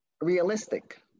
realistic